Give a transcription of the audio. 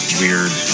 weird